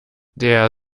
der